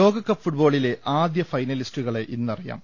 ലോകകപ്പ് ഫുട്ബോളിലെ ആദ്യ ഫൈനലിസ്റ്റുകളെ ഇന്നറിയാം